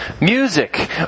music